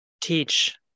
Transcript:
teach